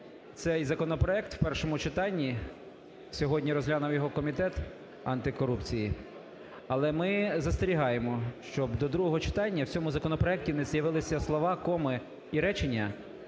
цей законопроект у першому читанні. Сьогодні розглянув його комітет антикорупції. Але ми застерігаємо, щоб до другого читання у цьому законопроекті не з'явилися слова, коми і речення,